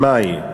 במאי,